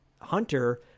hunter